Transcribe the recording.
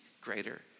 greater